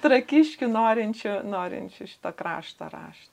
trakiškių norinčių norinčių šito krašto rašto